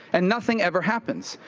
and nothing ever happens.